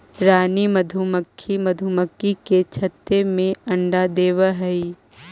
रानी मधुमक्खी मधुमक्खी के छत्ते में अंडा देवअ हई